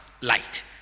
light